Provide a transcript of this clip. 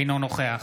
אינו נוכח